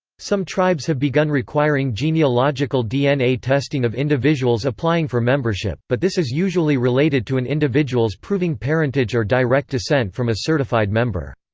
some tribes have begun requiring genealogical dna testing of individuals' applying for membership, but this is usually related to an individual's proving parentage or direct descent from a certified member.